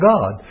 God